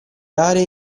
aree